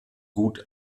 gut